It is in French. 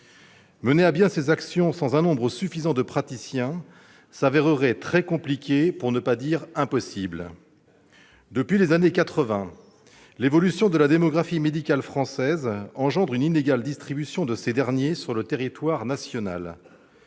Mener à bien ces actions sans un nombre suffisant de praticiens se révélerait très compliqué, pour ne pas dire impossible. Depuis les années 1980, l'évolution de la démographie médicale française engendre une inégale distribution de ces derniers sur le territoire national.